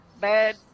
bad